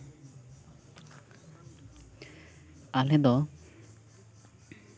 ᱟᱞᱮ ᱫᱚ